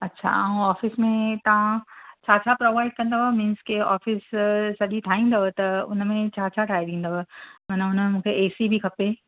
अछा ऐं ऑफ़िस में तव्हां छा छा प्रॉवाइड कंदव मीन्स की ऑफ़िस सॼी ठाहींदव त हुन में छा छा ठाहे डींदव माना हुन में मूंखे एसी बि खपे